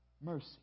mercy